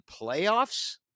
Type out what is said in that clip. playoffs